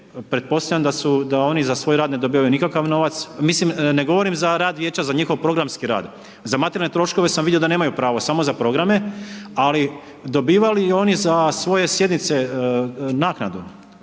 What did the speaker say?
pretpostavljam da su, da oni za svoj rad ne dobivaju nikakav novac, mislim ne govorim za rad vijeća za njihov programski rad, za materijalne troškove sam vidio da nemaju pravo, samo za programe, ali dobivaju li oni za svoje sjednice naknadu,